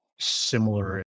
similar